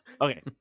Okay